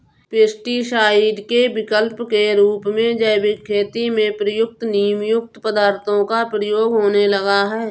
pesticide के विकल्प के रूप में जैविक खेती में प्रयुक्त नीमयुक्त पदार्थों का प्रयोग होने लगा है